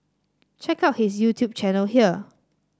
check out his YouTube channel here